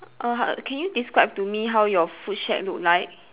err can you describe to me how you food shack look like